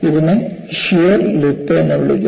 ഇതിനെ shear lip എന്ന് വിളിക്കുന്നു